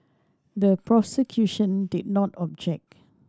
the prosecution did not object